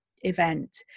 event